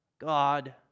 God